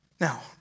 Now